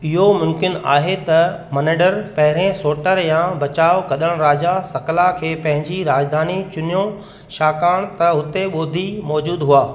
इहो मुम्किन आहे त मेनेंडर पहिरें सोटर या बचाउ कदड़ राजा सकला खे पंहिंजी राजधानी चूनियो छाकाणि त हुते बोधी मौजूद हुआ